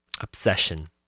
obsession